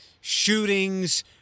shootings